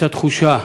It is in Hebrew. הייתה תחושה